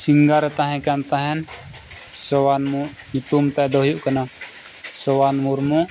singer ᱛᱟᱦᱮᱸ ᱠᱟᱱ ᱛᱟᱦᱮᱱ ᱥᱳᱣᱟᱱ ᱢᱩ ᱧᱩᱛᱩᱢ ᱛᱟᱭ ᱫᱚ ᱦᱩᱭᱩᱜ ᱠᱟᱱᱟ ᱥᱳᱣᱟᱱ ᱢᱩᱨᱢᱩ